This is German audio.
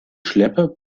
schlepper